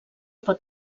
pot